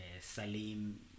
Salim